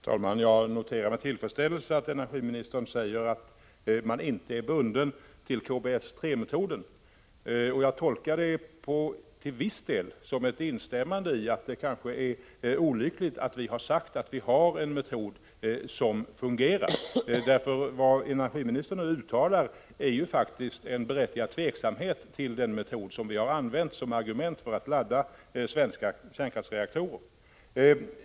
Herr talman! Jag noterar med tillfredsställelse att energiministern säger att man inte är bunden till KBS 3-metoden. Jag tolkar det till viss del som ett instämmande i att det kanske är olyckligt att man har sagt att vi har en metod som fungerar. Vad energiministern nu uttalar är faktiskt en berättigad tveksamhet inför den metod som vi har använt för att ladda svenska kärnkraftsreaktorer.